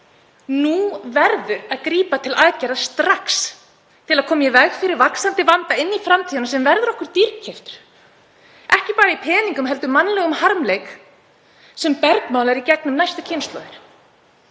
Nú verður að grípa til aðgerða strax til að koma í veg fyrir vaxandi vanda inn í framtíðina sem verður okkur dýrkeyptur, ekki bara í peningum heldur mannlegum harmleik sem bergmálar í gegnum næstu kynslóðir.